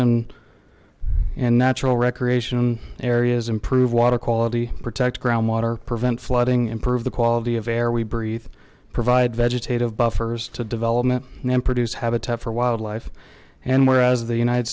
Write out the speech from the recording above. n and natural recreation areas improve water quality protect groundwater prevent flooding improve the quality of air we breathe provide vegetative buffers to development and then produce habitat for wildlife and whereas the united